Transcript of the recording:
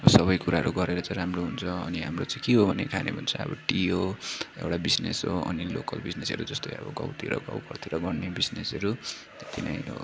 सबै कुराहरू गरेर चाहिँ राम्रो हुन्छ अनि हाम्रो चाहिँ के हो भने खाने भने चाहिँ अब टी हो एउटा बिजनेस हो अनि लोकल बिजनेस जस्तै अब गाउँतिरको घरतिर गर्ने बिजनेसहरू तिनै हो